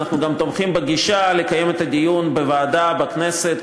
אנחנו גם תומכים בגישה לקיים את הדיון בוועדה בכנסת,